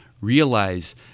realize